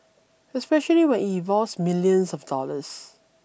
especially when it involves millions of dollars